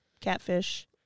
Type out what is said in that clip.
Catfish